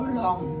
long